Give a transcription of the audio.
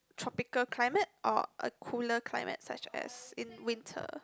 tropical climate or a cooler climate such as in winter